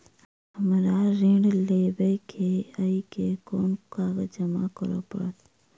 हमरा ऋण लेबै केँ अई केँ कुन कागज जमा करे पड़तै?